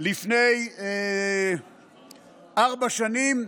לפני ארבע שנים,